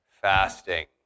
fasting